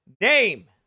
name